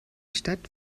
stadt